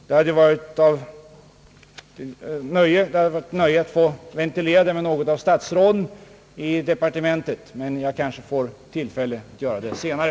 Det hade varit ett nöje att få ventilera dem med något av statsråden i departementet, men jag kanske får tillfälle att göra det senare.